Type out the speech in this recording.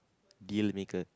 deal maker